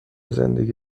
زندگی